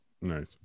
nice